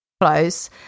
close